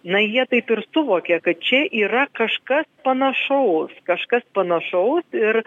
na jie taip ir suvokė kad čia yra kažkas panašaus kažkas panašaus ir